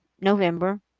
november